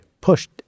pushed